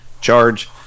charge